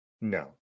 no